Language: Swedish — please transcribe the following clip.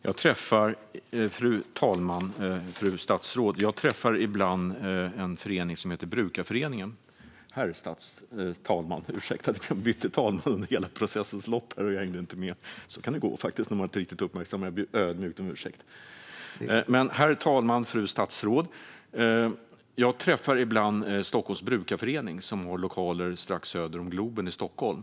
Herr talman och fru statsråd! Jag träffar ibland en förening som heter Brukarföreningen Stockholm och som har sina lokaler strax söder om Globen i Stockholm.